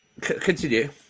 Continue